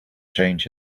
change